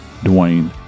Dwayne